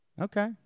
Okay